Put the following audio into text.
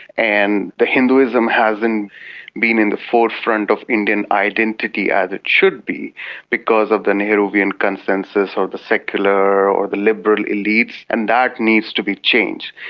and the hinduism hasn't been in the forefront of indian identity as it should be because of the nehruvian consensus or the secular or the liberal elites, and that needs to be changed.